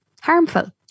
harmful